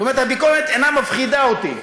זאת אומרת, הביקורת אינה מפחידה אותי.